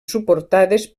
suportades